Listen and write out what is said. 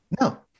No